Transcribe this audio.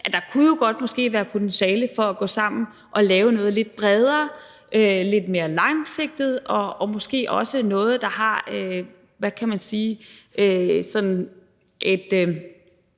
at der måske godt kunne være potentiale i at gå sammen om at lave noget lidt bredere, noget lidt mere langsigtet og måske også noget, der har, hvad kan man sige, sådan et